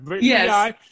Yes